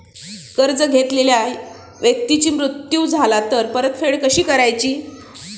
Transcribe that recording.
कर्ज घेतलेल्या व्यक्तीचा मृत्यू झाला तर परतफेड कशी करायची?